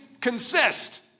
consist